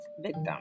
victim